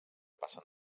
passen